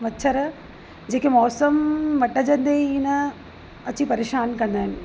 मच्छर जेके मौसम मटिजंदे ईंदा आहिनि अची परेशान कंदा आहिनि